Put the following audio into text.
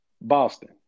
Boston